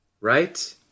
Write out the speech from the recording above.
Right